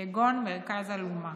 כגון מרכז אלומה,